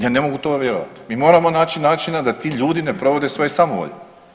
Ja ne mogu to vjerovati, mi moramo naći načina da ti ljudi ne provode svoje samovolje.